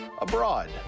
abroad